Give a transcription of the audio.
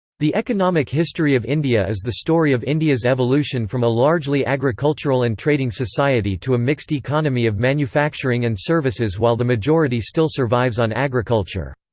the economic history of india is the story of india's evolution from a largely agricultural and trading society to a mixed economy of manufacturing and services while the majority still survives on agriculture.